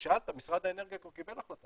ושאלת, משרד האנרגיה כבר קיבל החלטה.